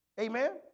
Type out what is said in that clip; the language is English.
Amen